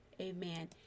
Amen